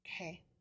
Okay